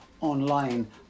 online